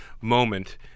moment